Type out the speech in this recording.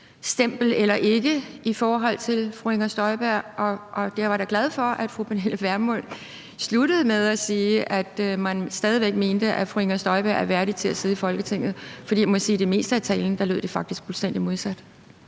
eller ikke i forhold til fru Inger Støjberg, og jeg er da glad for, at fru Pernille Vermund sluttede med at sige, at man stadig væk mener, at fru Inger Støjberg er værdig til at sidde i Folketinget. For jeg må faktisk sige, at det på det meste af talen lød fuldstændig modsat.